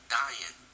dying